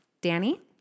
Danny